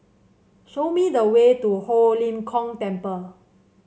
show me the way to Ho Lim Kong Temple